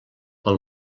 pel